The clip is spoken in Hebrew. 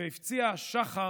ובהפציע השחר,